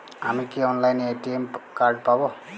আমি কি অনলাইনে এ.টি.এম কার্ড পাব?